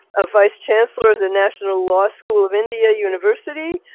a vice chancellor of the national law school of india university,